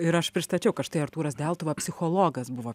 ir aš pristačiau kad štai artūras deltuva psichologas buvo